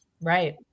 right